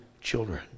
children